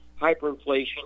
hyperinflation